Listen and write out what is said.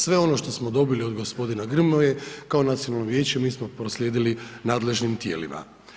Sve ono što smo dobili od gospodina Grmoje kao nacionalno vijeće mi smo proslijedili nadležnim tijelima.